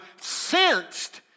sensed